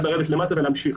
ולרדת למטה להמשיך.